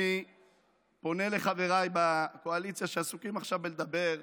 אני פונה לחבריי בקואליציה, שעסוקים עכשיו בלדבר,